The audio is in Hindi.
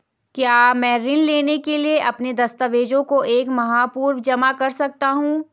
क्या मैं ऋण लेने के लिए अपने दस्तावेज़ों को एक माह पूर्व जमा कर सकता हूँ?